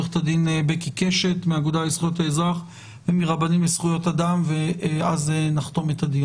ה-800 ₪ שנותרים ובעצם נכנסים ומקטינים את החוב